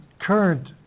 current